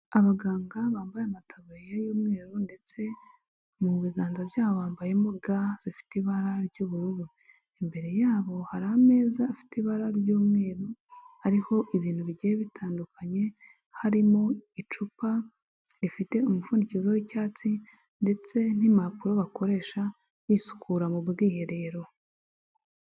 Abaganga bambaye amataburiya y'umweru ndetse mu biganza byabo bambayemo ga zifite ibara ry'ubururu. Imbere yabo hari ameza afite ibara ry'umweru ariho ibintu bigiye bitandukanye, harimo icupa rifite umupfundikizo w'icyatsi ndetse n'impapuro bakoresha bisukura mu bwiherero.